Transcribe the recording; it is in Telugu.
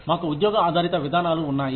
మాకు ఉద్యోగ ఆధారిత విధానాలు ఉన్నాయి